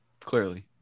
clearly